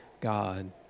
God